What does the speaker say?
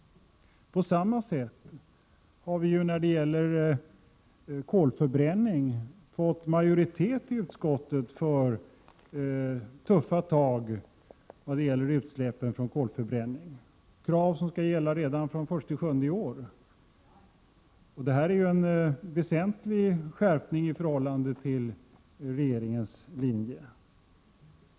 På samma sätt har vi när det gäller kolförbränningen, där man fått majoritet i utskottet för tuffa tag mot utsläppen, krav som skall gälla redan från den 1 juli i år. Detta är en väsentlig skärpning i förhållande till regeringens linje.